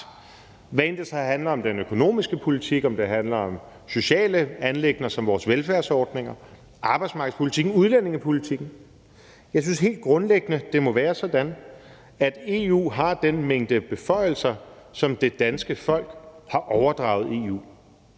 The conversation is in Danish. hvad end det så handler om den økonomiske politik, eller det handler om sociale anliggender som vores velfærdsordninger, om arbejdsmarkedspolitikken, om udlændingepolitikken. Jeg synes helt grundlæggende, det må være sådan, at EU har den mængde beføjelser, som det danske folk har overdraget EU.